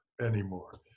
anymore